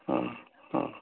ହଁ ହଁ